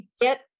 get